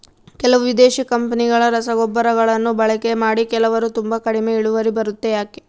ಕೆಲವು ವಿದೇಶಿ ಕಂಪನಿಗಳ ರಸಗೊಬ್ಬರಗಳನ್ನು ಬಳಕೆ ಮಾಡಿ ಕೆಲವರು ತುಂಬಾ ಕಡಿಮೆ ಇಳುವರಿ ಬರುತ್ತೆ ಯಾಕೆ?